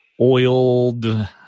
oiled